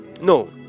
No